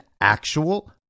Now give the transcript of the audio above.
actual